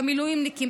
במילואימניקים,